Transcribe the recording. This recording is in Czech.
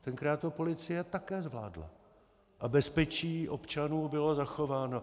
Tenkrát to policie také zvládla a bezpečí občanů bylo zachováno.